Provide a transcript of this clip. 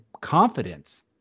confidence